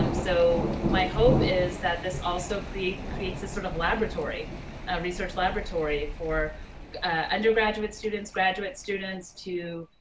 um so my hope is that this also creates creates a sort of laboratory research laboratory for undergraduate students. graduate students, too.